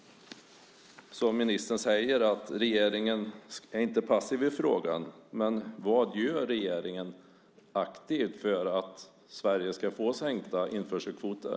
Ministern säger att regeringen inte är passiv i frågan. Men vad gör regeringen aktivt för att Sverige ska få sänkta införselkvoter?